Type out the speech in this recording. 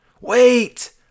Wait